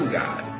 god